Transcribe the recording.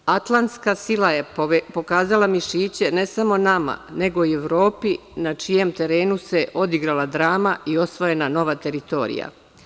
Atlantska sila je pokazala mišiće ne samo nama, nego i Evropi, na čijem terenu se odigrala drama i osvojena nova teritorija“